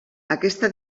aquesta